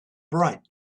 bright